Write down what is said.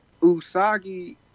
Usagi